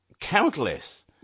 countless